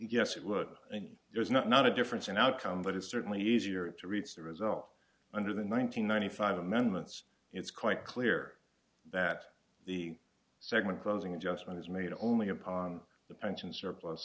yes it would mean there's not a difference in outcome but it's certainly easier to reach the result under the nine hundred ninety five amendments it's quite clear that the segment closing adjustment is made only upon the pension surplus